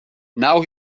now